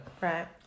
right